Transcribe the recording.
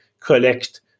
collect